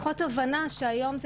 אז אם לא מצאנו שום מאפיין,